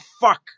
fuck